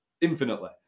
Infinitely